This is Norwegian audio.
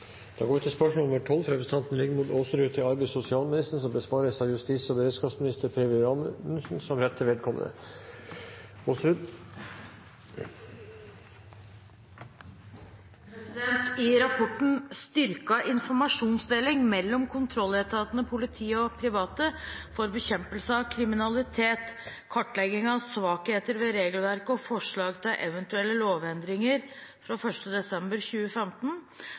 fra representanten Rigmor Aasrud til arbeids- og sosialministeren, vil bli besvart av justis- og beredskapsministeren som rette vedkommende. «I rapporten «Styrket informasjonsdeling mellom kontrolletatene, politi og private for bekjempelse av kriminalitet. Kartlegging av svakheter ved regelverket og forslag til eventuelle lovendringer» fra 1. desember 2015,